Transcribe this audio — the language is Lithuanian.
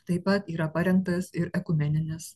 taip pat yra parengtas ir ekumeninis